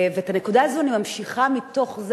ואת הנקודה הזאת אני ממשיכה מתוך זה